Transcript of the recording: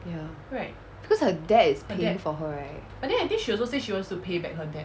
ya because her dad is paying for her right